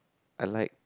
I like